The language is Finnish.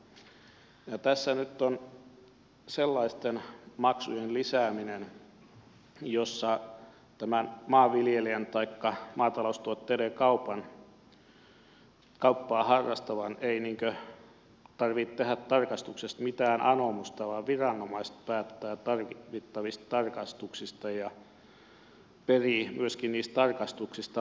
tässä nyt on sellaisten maksujen lisääminen että tämän maanviljelijän taikka maataloustuotteiden kauppaa harrastavan ei tarvitse tehdä tarkastuksesta mitään anomusta vaan viranomaiset päättävät tarvittavista tarkastuksista ja myöskin perivät niistä tarkastuksista maksun